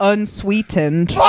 Unsweetened